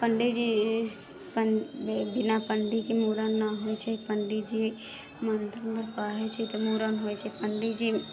पण्डीजी बिना पण्डितके मूड़न नहि होइ छै पण्डीजी मन्दिरमे पढ़ै छै तऽ मूड़न होइ छै पण्डीजी